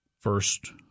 first